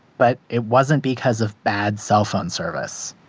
but it wasn't because of bad cellphone service